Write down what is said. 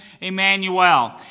Emmanuel